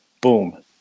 Boom